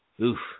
Oof